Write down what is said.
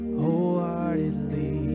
wholeheartedly